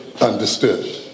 understood